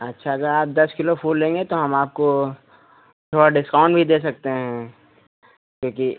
अच्छा अगर आप दस किलो फूल लेंगे तो हम आपको थोड़ा डिस्काउंट भी दे सकते हैं क्योंकि